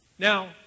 Now